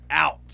out